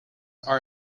are